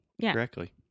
correctly